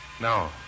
No